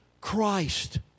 Christ